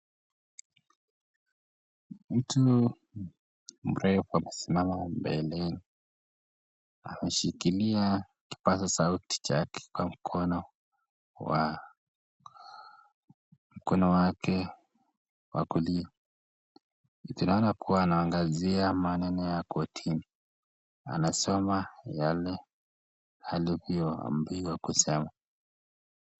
Mtu mrefu amesimama mbele. Anashikilia kipaza sauti chake kwa mkono wa mkono wake wa kulia. Huenda kuwa anaangazia maneno ya kotini, anasema yale aliyoambiwa kusema.